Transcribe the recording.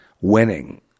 winning